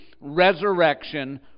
resurrection